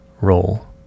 role